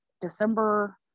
December